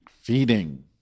Feeding